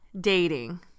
dating